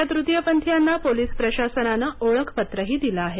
या तृतीयपंथीयांना पोलीस प्रशासनानं ओळखपत्रही दिलं आहे